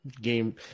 Game